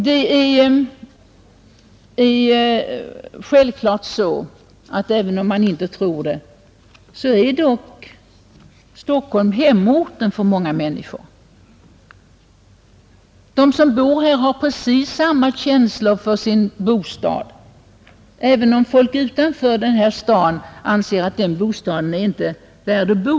Det är självklart så, även om många inte tror det, att Stockholm är hemorten för många människor. De som bor här har precis samma känsla för sin bostad som andra, även om folk utanför den här staden anser att den bostaden inte är värd att bo i.